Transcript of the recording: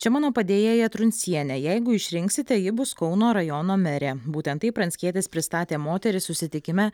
čia mano padėjėja truncienė jeigu išrinksite ji bus kauno rajono merė būtent taip pranckietis pristatė moterį susitikime